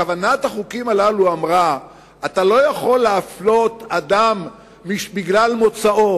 כוונת החוקים הללו היא שאתה לא יכול להפלות אדם בגלל מוצאו.